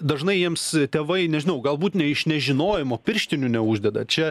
dažnai jiems tėvai nežinau galbūt ne iš nežinojimo pirštinių neuždeda čia